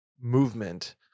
movement